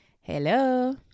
Hello